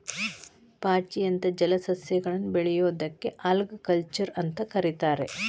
ಪಾಚಿ ಅಂತ ಜಲಸಸ್ಯಗಳನ್ನ ಬೆಳಿಯೋದಕ್ಕ ಆಲ್ಗಾಕಲ್ಚರ್ ಅಂತ ಕರೇತಾರ